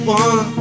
one